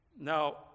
Now